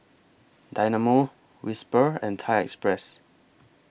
Dynamo Whisper and Thai Express